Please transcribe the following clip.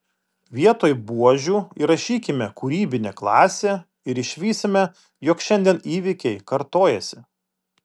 vietoj buožių įrašykime kūrybinė klasė ir išvysime jog šiandien įvykiai kartojasi